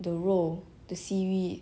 the 肉 the seaweed